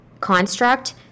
construct